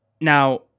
Now